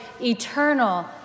eternal